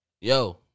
Yo